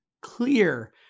clear